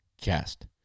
Cast